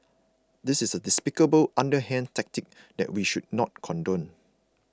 this is a despicable underhand tactic that we should not condone